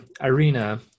Irina